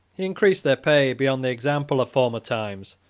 he increased their pay beyond the example of former times,